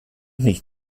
nicht